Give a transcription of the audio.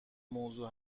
موضوع